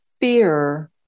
fear